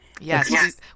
Yes